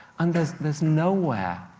and there's nowhere